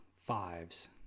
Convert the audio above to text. fives